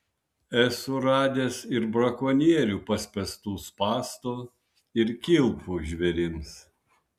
esu radęs ir brakonierių paspęstų spąstų ir kilpų žvėrims